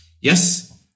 yes